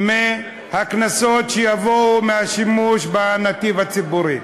מהקנסות שיבואו מהשימוש בנתיב הציבורי.